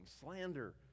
slander